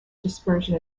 dispersion